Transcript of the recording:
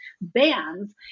bands